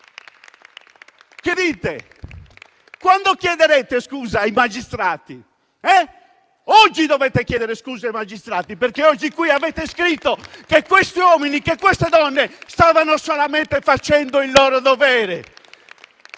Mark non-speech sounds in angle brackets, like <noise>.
el-Sheik. Quando chiederete scusa ai magistrati? Oggi dovete chiedere scusa ai magistrati, <applause> perché oggi, qui, avete scritto che quegli uomini e quelle donne stavano solamente facendo il loro dovere!